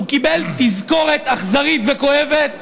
הוא קיבל תזכורת אכזרית וכואבת